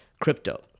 Crypto